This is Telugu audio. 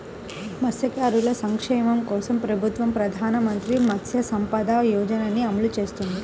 మత్స్యకారుల సంక్షేమం కోసం ప్రభుత్వం ప్రధాన మంత్రి మత్స్య సంపద యోజనని అమలు చేస్తోంది